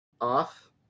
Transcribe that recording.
off